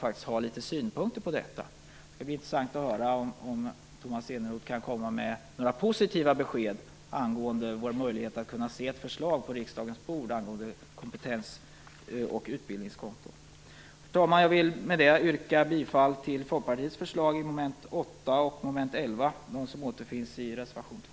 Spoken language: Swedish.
Det skall bli intressant att höra om Tomas Eneroth kan komma med några positiva besked vad gäller möjligheten att få se ett förslag om ett kompetens och utbildningskonto på riksdagens bord. Herr talman! Jag vill med det yrka bifall till Folkpartiets förslag under mom. 8 och 11, som återfinns i reservation 2.